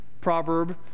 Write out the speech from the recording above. proverb